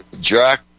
Jack